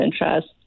interest